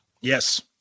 Yes